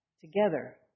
together